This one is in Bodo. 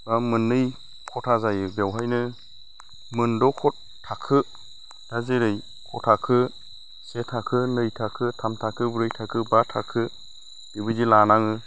बा मोननै खथा जायो बेवहायनो मोनद' थाखो दा जेरै ख' थाखो से थाखो नै थाखो थाम थाखो ब्रै थाखो बा थाखो बेबायदि लानाङो